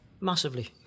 Massively